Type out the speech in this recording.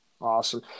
Awesome